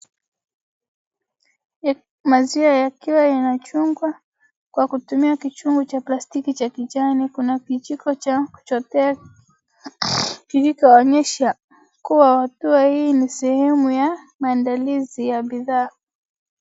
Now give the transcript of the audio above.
Maziwa yakiwa yanachungwa kwa kutumia kichungi cha plastiki cha kijani. Kuna kijiko cha kuchotea kilichoonyesha kuwa hatua hii ni sehemu ya maandalizi ya bidhaa.